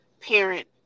parent